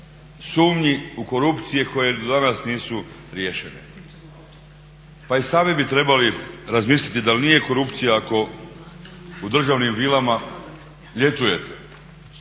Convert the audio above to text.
sumnji u korupcije koje do danas nisu riješene. Pa i sami bi trebali razmisliti dal' nije korupcija ako u državnim vilama ljetujete